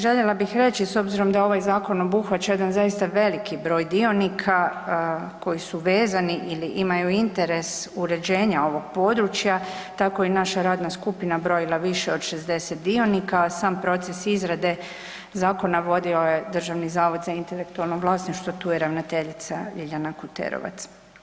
Željela bih reći s obzirom da ovaj zakon obuhvaća jedan zaista veliki broj dionika koji su vezani ili imaju interes uređenja ovog područja, tako je i naša radna skupina brojila više od 60 dionika, sam proces izrade zakona vodio je Državni zavod za intelektualno vlasništvo, tu je ravnateljica Ljiljana Kuterovac.